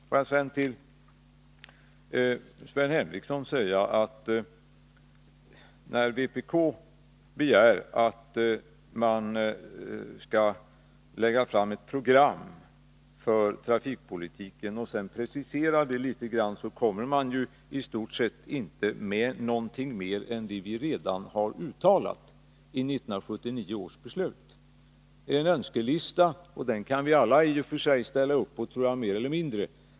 Får jag sedan till Sven Henricsson säga att när vpk begär att man skall lägga 9 Riksdagens protokoll 1981/82:132-133 fram ett program för trafikpolitiken och sedan precisera det litet grand, kommer man i stort sett inte med något mer än det vi redan har uttalat i 1979 års beslut. Det är en önskelista som vi alla mer eller mindre kan ställa oss bakom.